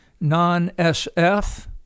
non-SF